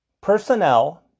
personnel